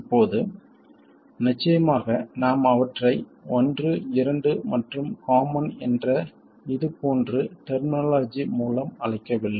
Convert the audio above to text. இப்போது நிச்சயமாக நாம் அவற்றை ஒன்று இரண்டு மற்றும் காமன் என்ற இது போன்று டெர்மினாலஜி மூலம் அழைக்கவில்லை